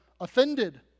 offended